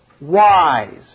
Wise